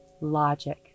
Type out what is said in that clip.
logic